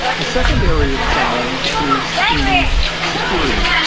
the second area of challenge is in security.